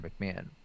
McMahon